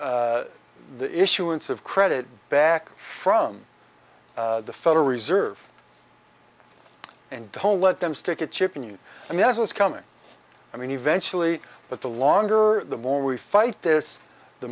take the issuance of credit back from the federal reserve and don't let them stick a chip in you and that's what's coming i mean eventually but the longer the more we fight this the